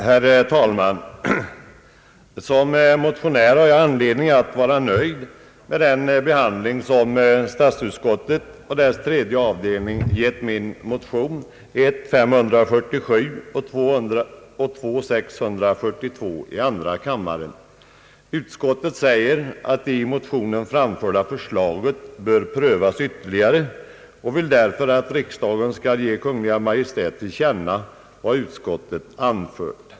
Herr talman! Som motionär har jag anledning att vara nöjd med den behandling som statsutskottet och dess tredje avdelning har gett min och min medmotionärs motion, 1:547 och II: 642. Utskottet framhåller att det i motionen framförda förslaget bör prövas ytterligare och vill därför att riksdagen skall ge Kungl. Maj:t till känna vad utskottet anfört.